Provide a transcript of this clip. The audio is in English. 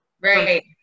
Right